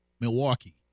Milwaukee